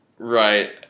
Right